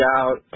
out